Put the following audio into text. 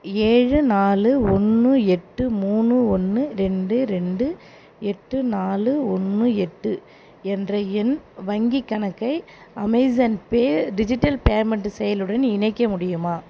ஏழு நாலு ஒன்று எட்டு மூணு ஒன்று ரெண்டு ரெண்டு எட்டு நாலு ஒன்று எட்டு என்ற என் வங்கிக் கணக்கை அமேசான் பே டிஜிட்டல் பேமெண்ட் செயலியுடன் இணைக்க முடியுமா